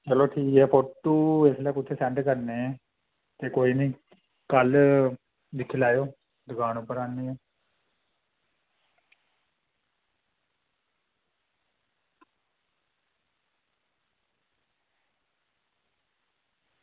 मतलब ठीक फोटु इसलै कुत्थें सैंड करने ते कोई निं कल्ल दिक्खी लैयो दुकान उप्पर आह्नियै